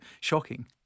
shocking